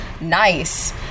nice